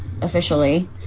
officially